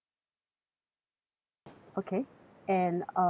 mm o~ okay and um